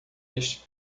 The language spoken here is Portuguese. este